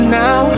now